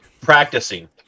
Practicing